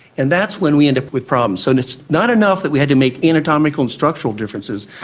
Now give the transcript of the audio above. and that's when we end up with problems. so and it's not enough that we had to make anatomical and structural differences,